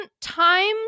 times